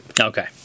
Okay